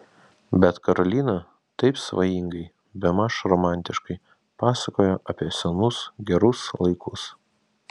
bet karolina taip svajingai bemaž romantiškai pasakojo apie senus gerus laikus